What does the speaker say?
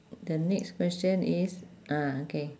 the next question is ah okay